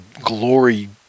glory